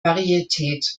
varietät